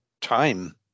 Time